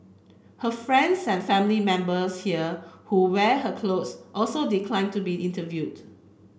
her friends and family members here who wear her clothes also declined to be interviewed